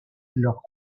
leurs